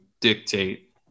dictate